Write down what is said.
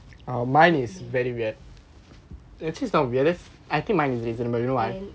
slowly slowly slowly ya